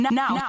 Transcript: now